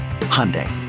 Hyundai